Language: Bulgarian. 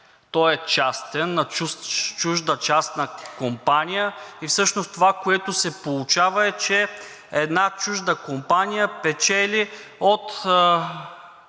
той е частен, на чужда частна компания и всъщност това, което се получава, е, че една чужда компания печели от